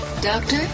Doctor